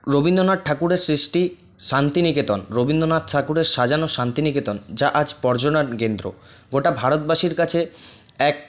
রবীন্দ্রনাথ ঠাকুরের সৃষ্টি শান্তিনিকেতন রবীন্দ্রনাথ ঠাকুরের সাজানো শান্তিনিকেতন যা আজ পর্যটন কেন্দ্র গোটা ভারতবাসীর কাছে এক